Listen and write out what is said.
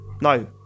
no